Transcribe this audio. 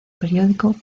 periódico